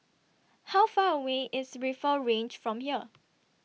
How Far away IS Rifle Range from here